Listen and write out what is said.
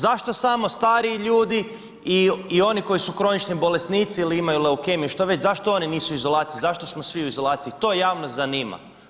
Zašto samo stariji ljudi i oni koji su kronični bolesnici ili imaju leukemiju, što već, zašto oni nisu u izolaciji zašto smo svi u izolaciji, to javnost zanima.